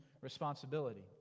responsibility